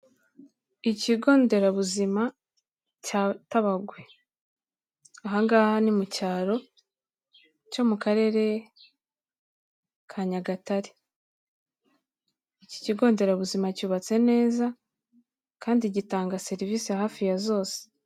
Ikigonderabuzima cya Tabagwe, ahangaha ni mu cyaro cyo mu karere ka Nyagatare, iki kigonderabuzima cyubatse neza kandi gitanga serivisi hafi ya zose.